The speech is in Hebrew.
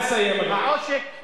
נא לסיים, אדוני.